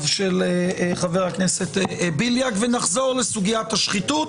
של חבר הכנסת בליאק ונחזור לסוגית השחיתות.